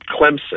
Clemson